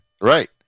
Right